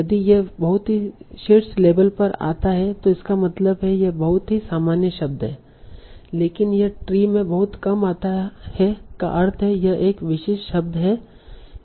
यदि यह बहुत ही शीर्ष लेबल पर आता है तो इसका मतलब है कि यह एक बहुत ही सामान्य शब्द है लेकिन यह ट्री में बहुत कम आता है का अर्थ है यह एक विशिष्ट शब्द है